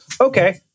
okay